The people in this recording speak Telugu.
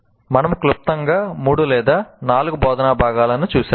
మనము క్లుప్తంగా మూడు లేదా నాలుగు బోధనా భాగాలను చూశాము